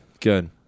good